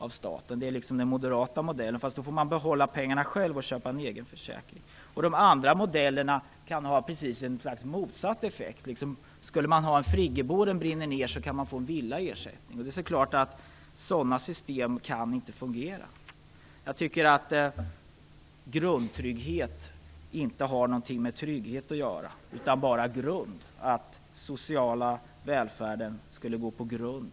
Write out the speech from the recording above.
Det är den moderata varianten, men enligt Moderaternas förslag får man behålla pengarna själv och köpa en egen försäkring. De andra modellerna kan ha en motsatt effekt: Skulle man ha en friggebod och den brinner ned kan man få en villa i ersättning. Det är klart att sådana system inte kan fungera. Min slutsats är att grundtrygghet inte har någonting med trygghet att göra - bara med grund: den skulle medföra att den sociala välfärden i Sverige gick på grund.